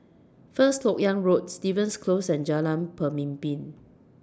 First Lok Yang Road Stevens Close and Jalan Pemimpin